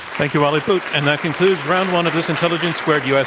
thank you, wally boot. and that concludes round one of this intelligence squared u. s.